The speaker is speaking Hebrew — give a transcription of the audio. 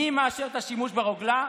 מי מאשר את השימוש ברוגלה?